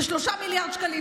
זה 3.150 מיליארד שקלים